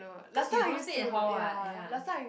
cause you don't stay in hall ah ya